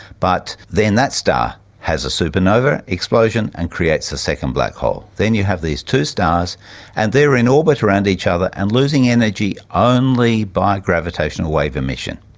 but then that star has a supernova explosion and creates a second black hole. then you have these two stars and they are in orbit around each other and losing energy only by gravitational wave emission.